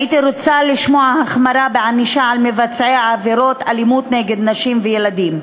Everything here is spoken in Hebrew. הייתי רוצה לשמוע החמרה בענישה על מבצעי עבירות אלימות נגד נשים וילדים.